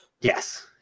Yes